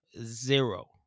zero